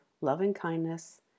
loving-kindness